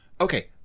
okay